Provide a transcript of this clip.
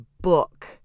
book